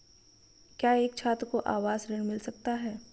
क्या एक छात्र को आवास ऋण मिल सकता है?